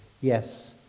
Yes